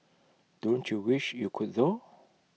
don't you wish you could though